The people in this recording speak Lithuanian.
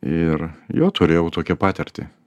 ir jo turėjau tokią patirtį